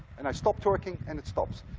and i stop torqueing and it stops.